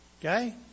Okay